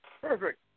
Perfect